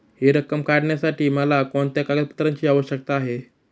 हि रक्कम काढण्यासाठी मला कोणत्या कागदपत्रांची आवश्यकता आहे?